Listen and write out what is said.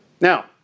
Now